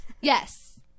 yes